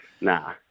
nah